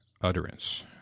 utterance